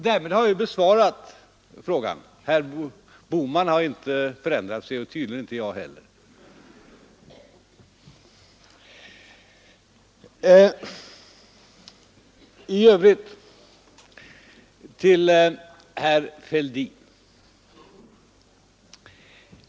Därmed har jag besvarat frågan; herr Bohman har inte förändrat sig, och tydligen inte jag heller. Till herr Fälldin!